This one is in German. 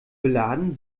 beladen